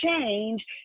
change